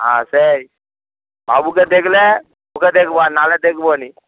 হাঁ সেই বাবুকে দেখলে তোকে দেখবো আর নাহলে দেখবো না